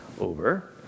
over